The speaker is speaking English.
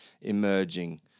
emerging